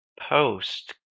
post